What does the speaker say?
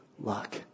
luck